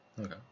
Okay